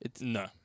No